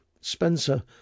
Spencer